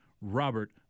Robert